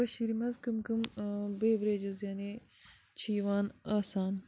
کٔشیٖر منٛز کٕم کٕم بیوریجز یعنے چھِ یِوان آسان